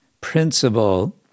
principle